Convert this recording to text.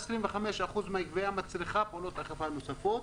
כ-25% מהגבייה מצריכה פעולות אכיפה נוספות.